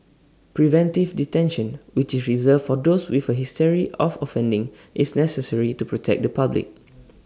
preventive detention which is reserved for those with A history of offending is necessary to protect the public